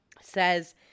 says